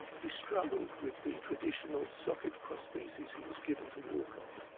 he struggled with the traditional socket prostheses he was given to walk on.